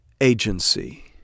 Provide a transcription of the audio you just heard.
agency